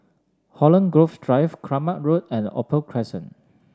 Holland Grove Drive Kramat Road and Opal Crescent